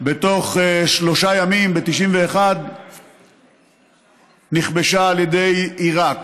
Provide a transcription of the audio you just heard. בתוך שלושה ימים ב-1991 נכבשה על ידי עיראק,